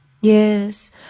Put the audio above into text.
Yes